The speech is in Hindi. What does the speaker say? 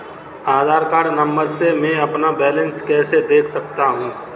आधार नंबर से मैं अपना बैलेंस कैसे देख सकता हूँ?